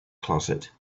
closet